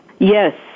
Yes